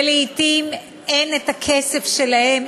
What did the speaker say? ולעתים אין כסף שלהם,